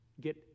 get